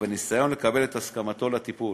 ובניסיון לקבל את הסכמתו לטיפול.